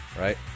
right